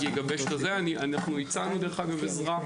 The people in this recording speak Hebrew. יגבש את התכנית אנחנו הצענו עזרה,